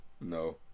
No